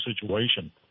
situation